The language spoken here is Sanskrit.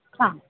ह